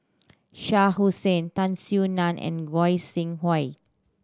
Shah Hussain Tan Soo Nan and Goi Seng Hui